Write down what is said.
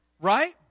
Right